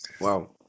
Wow